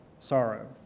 sorrow